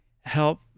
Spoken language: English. help